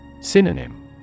Synonym